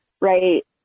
right